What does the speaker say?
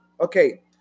okay